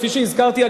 כפי שהזכרתי,